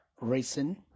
reason